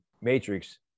matrix